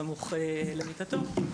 סמוך למיטתו של הפג.